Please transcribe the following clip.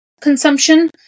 consumption